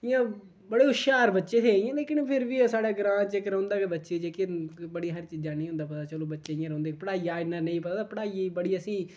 इ'यां बड़े हुश्यार बच्चे हे इ'यां लेकिन फिर बी साढ़े ग्रांऽ च इक रौंह्दा गै बच्चा जे कि बड़ी हारी चीजै दा नेईं होंदा पता चलो बच्चे इ'यां रौंह्दे पढ़ाइयै दा इ'न्ना नेईं पता होंदा पढ़ाई बड़ी असेंगी